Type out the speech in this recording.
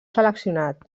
seleccionat